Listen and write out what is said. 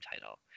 title